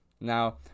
Now